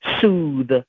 soothe